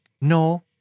No